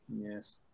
Yes